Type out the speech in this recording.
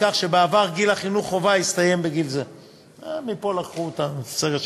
מכך שבעבר גיל חינוך חובה הסתיים בגיל זה.